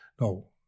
No